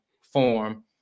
form